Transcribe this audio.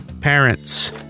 Parents